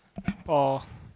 orh